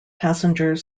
passenger